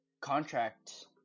contract